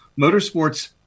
motorsports